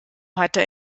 hatte